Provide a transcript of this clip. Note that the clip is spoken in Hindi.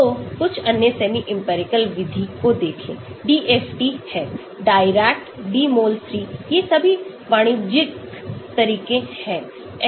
तो कुछ अन्य सेमी इंपिरिकल विधि को देखें DFT है DIRAC Dmol3 ये सभी वाणिज्यिक तरीके हैं